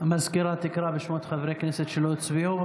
סגנית המזכירה תקרא בשמות חברי הכנסת שלא הצביעו.